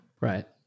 Right